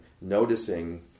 noticing